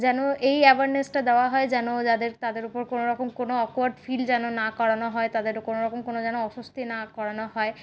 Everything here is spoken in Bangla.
যেন এই অ্যাওয়ারনেসটা দেওয়া হয় যেন যাদের তাদের উপর কোনোরকম কোনো অকওয়ার্ড ফিল যেন না করানো হয় তাদের কোনোরকম কোনো যেন অস্বস্তি না করানো হয়